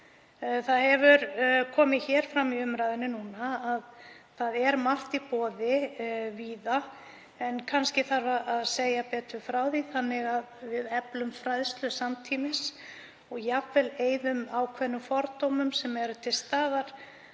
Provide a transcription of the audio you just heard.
Komið hefur fram hér í umræðunni núna að margt er í boði víða en kannski þarf að segja betur frá því þannig að við eflum fræðslu samtímis, eyðum jafnvel ákveðnum fordómum sem eru til staðar